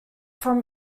from